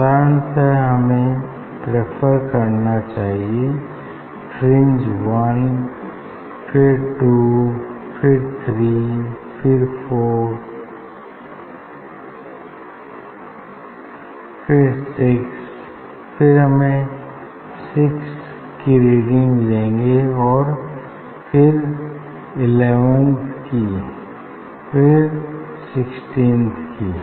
साधारणतः हमें प्रेफर करना चाहिए fringe one two three four five फिर सिक्सथ की रीडिंग लेंगे और फिर इलेवंथ की फिर सिक्सटीन्थ की